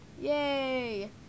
Yay